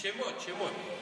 שמות, שמות.